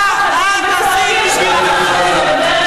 מה את עשית בשביל המדינה?